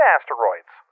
Asteroids